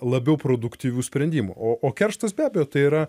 labiau produktyvių sprendimų o o kerštas be abejo tai yra